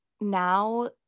now